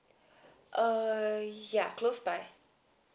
err ya close by